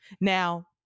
Now